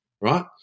right